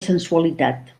sensualitat